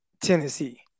Tennessee